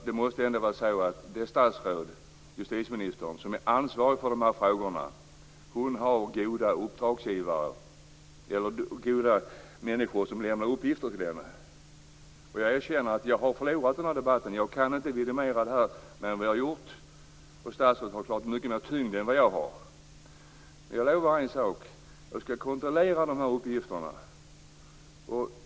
Det måste väl ändå vara så att justitieministern, som är ansvarig för de här frågorna, har goda människor som lämnar uppgifter till henne. Jag erkänner att jag har förlorat den här debatten. Jag kan inte vidimera det här mer än jag har gjort. Statsrådet har helt klart mycket mera tyngd än jag men jag lovar en sak: Jag skall kontrollera de här uppgifterna.